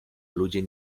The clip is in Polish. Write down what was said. ludzie